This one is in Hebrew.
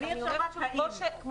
אני -- -האם.